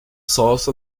sauce